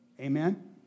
Amen